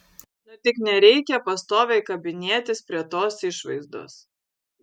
nu tik nereikia pastoviai kabinėtis prie tos išvaizdos